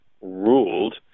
ruled